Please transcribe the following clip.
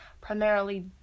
primarily